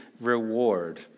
reward